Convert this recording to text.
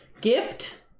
gift